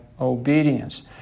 obedience